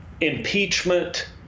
impeachment